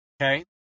Okay